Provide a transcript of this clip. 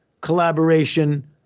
collaboration